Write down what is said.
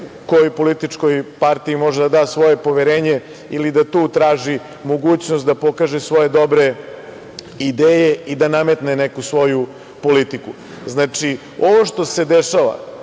kojoj političkoj partiji može da da svoje poverenje ili da tu traži mogućnost da pokaže svoje dobre ideje i nametne neku svoju politiku. Znači, ono što se dešava,